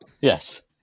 Yes